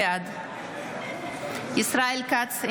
בעד ישראל כץ,